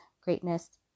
greatness